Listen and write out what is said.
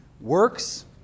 Works